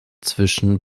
zwischen